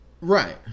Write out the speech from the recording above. Right